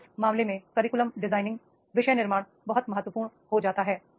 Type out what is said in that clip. तो उस मामले में curricular designing विषय निर्माण बहुत महत्वपूर्ण हो जाता है